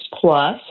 Plus